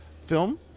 film